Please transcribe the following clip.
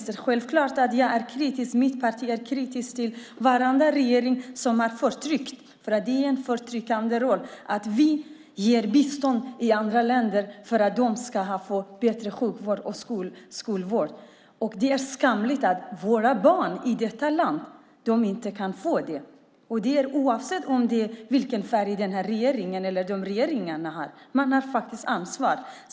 Det är självklart att jag och mitt parti är kritiska till andra regeringar som har förtryckt dessa människor. Det handlar nämligen om en förtryckande roll. Vi ger bistånd till andra länder för att de ska få bättre sjukvård och skola. Men det är skamligt att våra barn i detta land inte kan få det. Oavsett vilken färg en regering har har man faktiskt ett ansvar.